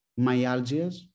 myalgias